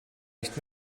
nicht